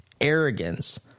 arrogance